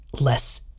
less